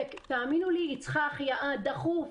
ותאמינו לי שהיא צריכה החייאה דחוף,